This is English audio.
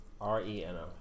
r-e-n-o